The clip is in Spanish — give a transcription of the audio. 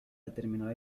determinar